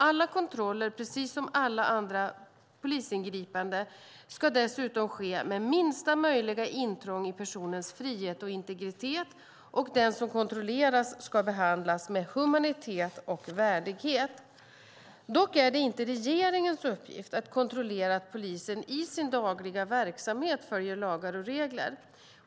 Alla kontroller, precis som alla andra polisingripanden, ska dessutom ske med minsta möjliga intrång i personens frihet och integritet, och den som kontrolleras ska behandlas med humanitet och värdighet. Dock är det inte regeringens uppgift att kontrollera att polisen i sin dagliga verksamhet följer lagar och regler.